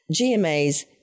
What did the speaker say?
GMA's